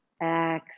Exhale